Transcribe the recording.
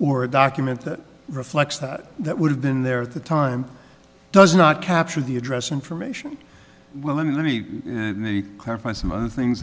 or a document that reflects that that would have been there at the time does not capture the address information well let me let me clarify some other things